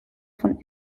von